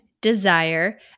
desire